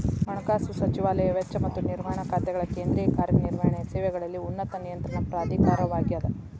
ಹಣಕಾಸು ಸಚಿವಾಲಯ ವೆಚ್ಚ ಮತ್ತ ನಿರ್ವಹಣಾ ಖಾತೆಗಳ ಕೇಂದ್ರೇಯ ಕಾರ್ಯ ನಿರ್ವಹಣೆಯ ಸೇವೆಗಳಲ್ಲಿ ಉನ್ನತ ನಿಯಂತ್ರಣ ಪ್ರಾಧಿಕಾರವಾಗ್ಯದ